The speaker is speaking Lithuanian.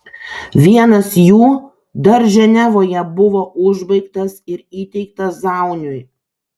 vienas jų dar ženevoje buvo užbaigtas ir įteiktas zauniui